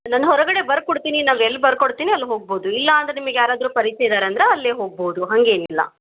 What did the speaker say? ನಾನ್ ಹೊರಗಡೆ ಬರ್ಕೊಡ್ತೀನಿ ನಾವೆಲ್ಲಿ ಬರ್ಕೊಡ್ತೀನಿ ಅಲ್ಲಿ ಹೋಗ್ಬೋದು ಇಲ್ಲಾಂದರೆ ನಿಮಗೆ ಯಾರಾದ್ರೂ ಪರಿಚಯ ಇದಾರಂದ್ರೆ ಅಲ್ಲೇ ಹೋಗ್ಬೋದು ಹಾಗೇನಿಲ್ಲ